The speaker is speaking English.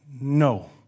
No